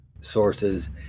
sources